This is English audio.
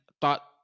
thought